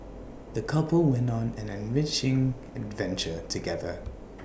the couple went on an enriching adventure together